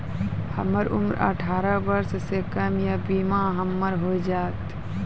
हमर उम्र अठारह वर्ष से कम या बीमा हमर हो जायत?